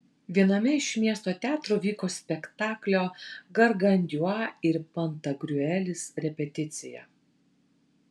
viename iš miesto teatrų vyko spektaklio gargantiua ir pantagriuelis repeticija